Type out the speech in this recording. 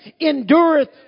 endureth